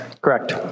Correct